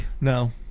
No